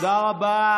תודה רבה.